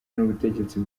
n’ubutegetsi